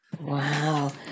wow